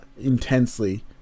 intensely